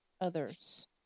others